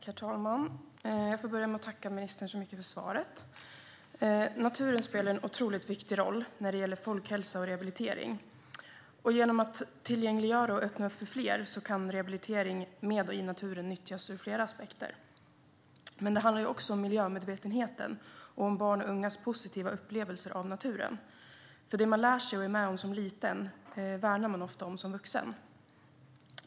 Herr talman! Jag får börja med att tacka ministern så mycket för svaret. Naturen spelar en otroligt viktig roll när det gäller folkhälsa och rehabilitering. Genom att tillgängliggöra och öppna för fler kan rehabilitering med och i naturen nyttjas ur flera aspekter. Men det handlar också om miljömedvetenheten och om barns och ungas positiva upplevelser av naturen. Det man lär sig och är med om som liten värnar man ofta om som vuxen.